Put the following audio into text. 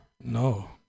no